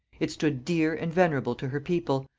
it stood dear and venerable to her people,